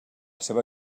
seva